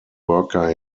worker